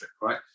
right